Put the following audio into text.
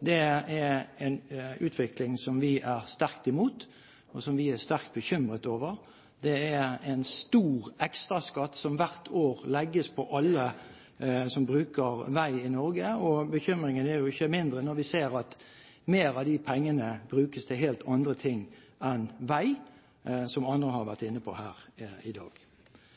Det er en utvikling som vi er sterkt imot, og som vi er sterkt bekymret over. Det er en stor ekstraskatt som hvert år legges på alle som bruker vei i Norge. Og bekymringen er ikke mindre når vi ser at mer av de pengene brukes til helt andre ting enn vei, som andre har vært inne på her i dag.